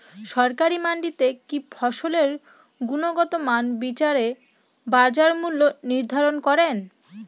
সরকারি মান্ডিতে কি ফসলের গুনগতমান বিচারে বাজার মূল্য নির্ধারণ করেন?